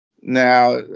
Now